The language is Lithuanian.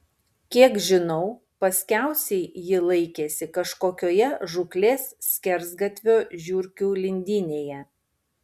kiek žinau paskiausiai ji laikėsi kažkokioje žūklės skersgatvio žiurkių lindynėje